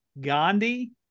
Gandhi